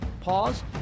pause